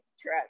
trash